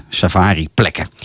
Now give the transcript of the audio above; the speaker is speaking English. safari-plekken